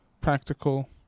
practical